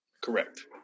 Correct